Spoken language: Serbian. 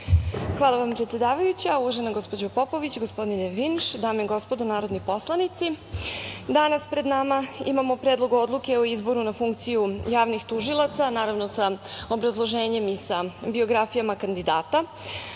Hvala vam, predsedavajuća. Uvažena gospođo Popović, gospodine Vinš, dame i gospodo narodni poslanici, danas pred nama imamo Predlog odluke o izboru na funkciju javnih tužilaca, naravno sa obrazloženjem i sa biografijama kandidata. Shodno